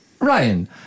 Ryan